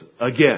again